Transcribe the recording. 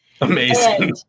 Amazing